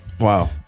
Wow